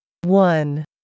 one